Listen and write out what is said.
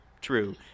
true